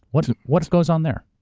what what goes on there?